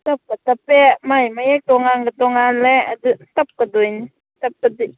ꯇꯞꯀ ꯇꯞꯄꯦ ꯃꯥꯏ ꯃꯌꯦꯛ ꯇꯣꯉꯥꯟꯒ ꯇꯣꯉꯥꯜꯂꯦ ꯑꯗꯨ ꯇꯞꯀꯗꯣꯏꯅꯤ ꯇꯞꯄꯗꯤ